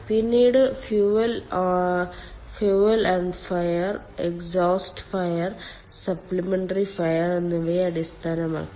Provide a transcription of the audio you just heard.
പിന്നീട് fuel unfire exhaust fire supplementary fire എന്നിവയെ അടിസ്ഥാനമാക്കി